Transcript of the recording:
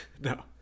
no